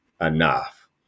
enough